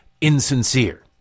insincere